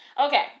Okay